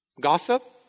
Gossip